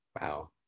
Wow